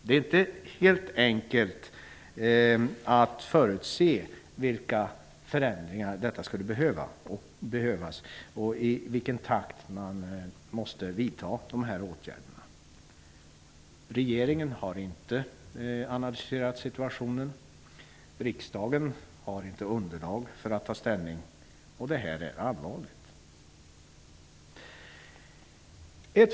Det är inte helt enkelt att förutse vilka förändringar som kan behövas och i vilken takt åtgärderna måste vidtas. Regeringen har inte analyserat situationen. Riksdagen har inte underlag för att ta ställning, och detta är allvarligt.